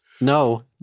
No